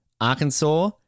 Arkansas